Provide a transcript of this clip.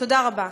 תודה רבה.